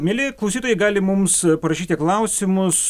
mieli klausytojai gali mums parašyti klausimus